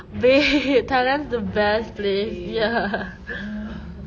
babe thailand the best place ya